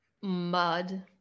mud